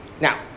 now